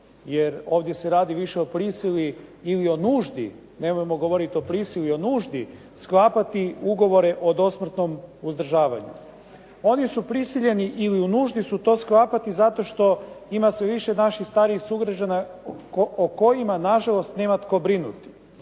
Jer ovdje se radi više o prisili ili o nuždi, nemojmo govoriti o prisili, o nuždi sklapati ugovore o dosmrtnom uzdržavanju. Oni su prisiljeni, ili u nuždi su to sklapati zato što ima sve više naših starijih sugrađana o kojima nažalost nema tko brinuti.